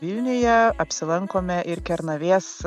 vilniuje apsilankome ir kernavės